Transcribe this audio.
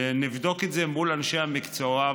ונבדוק את זה מול אנשי המקצוע,